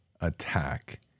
attack